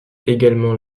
également